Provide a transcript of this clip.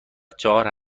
چهار